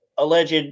Alleged